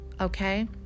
Okay